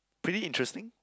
pretty interesting